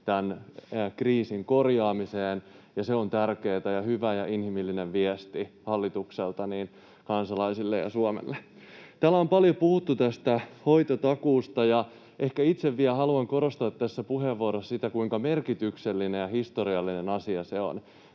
tämän kriisin korjaamiseen. Se on tärkeätä ja hyvä ja inhimillinen viesti hallitukselta kansalaisille ja Suomelle. Täällä on paljon puhuttu tästä hoitotakuusta, ja itse vielä haluan korostaa tässä puheenvuorossa sitä, kuinka merkityksellinen ja historiallinen asia se on.